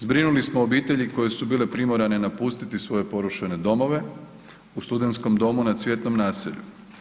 Zbrinuli smo obitelji koje su bile primorane napustiti svoje porušene domove, u Studentskom domu na Cvjetnom naselju.